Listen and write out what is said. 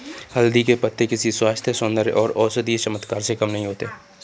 हल्दी के पत्ते किसी स्वास्थ्य, सौंदर्य और औषधीय चमत्कार से कम नहीं होते